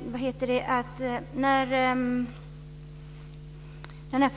vilket är ett väldigt högt värde.